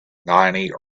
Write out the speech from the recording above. ninety